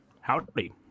Howdy